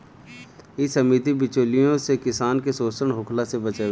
इ समिति बिचौलियों से किसान के शोषण होखला से बचावेले